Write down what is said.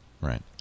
Right